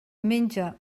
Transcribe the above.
menja